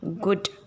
good